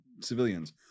civilians